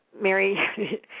Mary